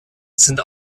sind